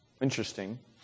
Interesting